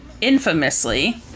infamously